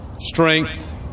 strength